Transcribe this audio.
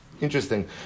Interesting